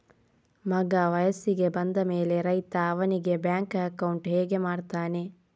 ಮಗ ವಯಸ್ಸಿಗೆ ಬಂದ ಮೇಲೆ ರೈತ ಅವನಿಗೆ ಬ್ಯಾಂಕ್ ಅಕೌಂಟ್ ಹೇಗೆ ಮಾಡ್ತಾನೆ?